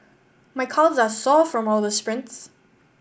my calves are sore from all the sprints